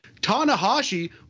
Tanahashi